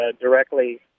directly